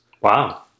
Wow